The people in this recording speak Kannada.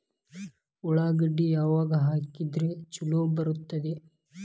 ಉಳ್ಳಾಗಡ್ಡಿ ಯಾವಾಗ ಹಾಕಿದ್ರ ಛಲೋ ಬರ್ತದ?